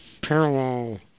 parallel